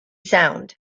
sound